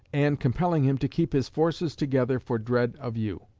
and compelling him to keep his forces together for dread of you.